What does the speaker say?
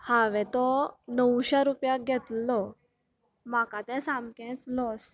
हांवें तो नवश्या रुपयाक घेतलेलो म्हाका तें सामकेच लाॅस